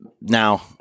now